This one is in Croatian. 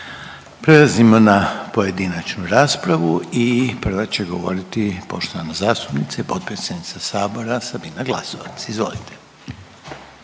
Prelazimo na pojedinačnu raspravu i prva će govoriti poštovana zastupnica i potpredsjednica sabora Sabina Glasovac. Izvolite.